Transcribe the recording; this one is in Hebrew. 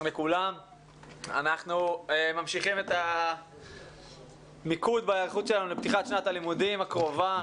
אנחנו ממשיכים את המיקוד בהיערכות שלנו לפתיחת שנת הלימודים הקרובה.